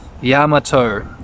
Yamato